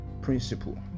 principle